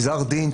גזר דין,